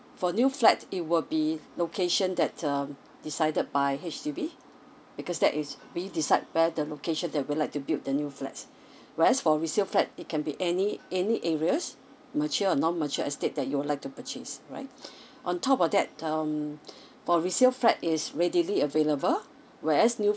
for new flat it will be location that um decided by H_D_B because that is we decide where the location that we'd like to build the new flats whereas for resale flat it can be any any areas mature or non mature estate that you would like to purchase right on top of that um for resale flat it's readily available whereas new